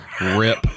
Rip